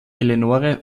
eleonore